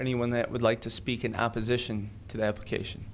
anyone that would like to speak in opposition to the application